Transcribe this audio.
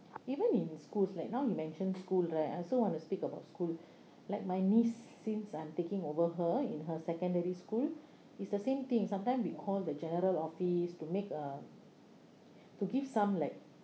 even in schools like now you mention school right I also want to speak about school like my niece since I'm taking over her in her secondary school it's the same thing sometime we call the general office to make uh to give some like